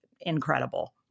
incredible